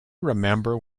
remember